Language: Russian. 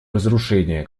разрушения